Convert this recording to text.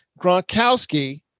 gronkowski